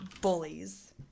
bullies